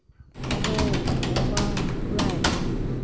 ꯇꯣꯞ ꯀꯣꯡꯄꯥꯜ ꯈꯨꯔꯥꯏ